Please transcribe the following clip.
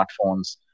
smartphones